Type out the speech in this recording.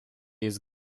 jest